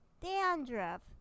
Dandruff